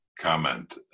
comment